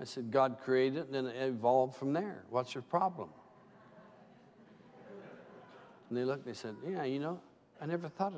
i said god created in a vault from there what's your problem and they looked they said yeah you know i never thought